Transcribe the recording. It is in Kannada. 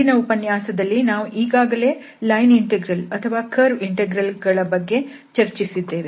ಹಿಂದಿನ ಉಪನ್ಯಾಸದಲ್ಲಿ ನಾವು ಈಗಾಗಲೇ ಲೈನ್ ಇಂಟೆಗ್ರಲ್ ಅಥವಾ ಕರ್ವ್ ಇಂಟೆಗ್ರಲ್ ಗಳ ಬಗ್ಗೆ ಚರ್ಚಿಸಿದ್ದೇವೆ